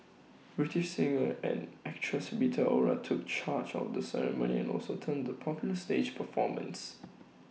British singer and actress Rita Ora took charge of the ceremony and also turned to popular stage performance